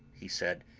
he said.